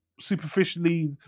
superficially